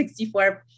64